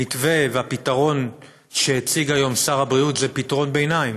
המתווה והפתרון שהציג היום שר הבריאות זה פתרון ביניים,